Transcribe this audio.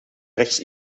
rechts